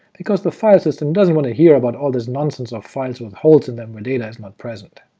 because the file system doesn't want to hear about all this nonsense of files with holes in them where data is not present.